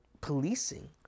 policing